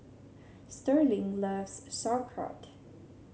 Sterling loves Sauerkraut